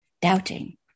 doubting